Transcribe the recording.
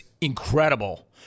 incredible